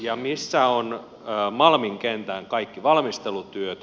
ja missä on malmin kentän kaikki valmistelutyöt